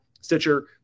Stitcher